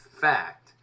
fact